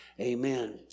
Amen